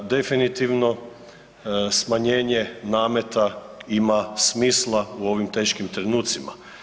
Definitivno smanjenje nameta ima smisla u ovim teškim trenucima.